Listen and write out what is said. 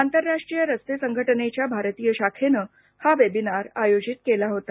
आंतरराष्ट्रीय रस्ते संघटनेच्या भारतीय शाखेनं हा वेबिनार आयोजित केला होता